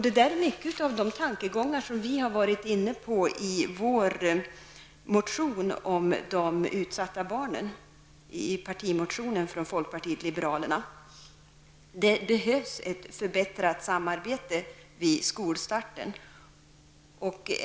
Dessa tankegångar återfinns i stor utsträckning i den partimotion som vi i folkpartiet liberalerna har väckt om utsatta barn. Det behövs ett förbättrat samarbete vid skolstarten.